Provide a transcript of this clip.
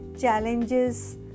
challenges